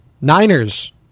Niners